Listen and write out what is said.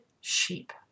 sheep